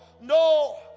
No